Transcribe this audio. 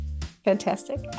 fantastic